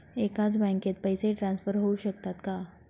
एकाच बँकेत पैसे ट्रान्सफर होऊ शकतात का?